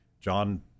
John